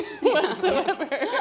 whatsoever